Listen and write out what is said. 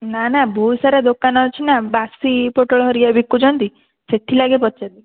ନା ନା ବହୁତସାରା ଦୋକାନ ଅଛି ନା ବାସି ପୋଟଳ ହେରିକା ବିକୁଛନ୍ତି ସେଥିଲାଗି ପଚାରିଲି